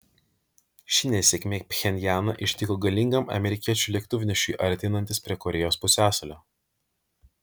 ši nesėkmė pchenjaną ištiko galingam amerikiečių lėktuvnešiui artinantis prie korėjos pusiasalio